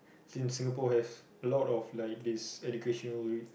since Singapore has a lot of like this educational